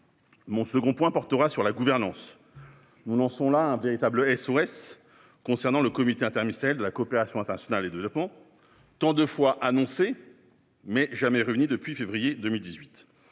je veux insister sur la gouvernance. Nous lançons là un véritable SOS pour le comité interministériel de la coopération internationale et du développement (Cicid), tant de fois annoncé, mais jamais réuni depuis février 2018.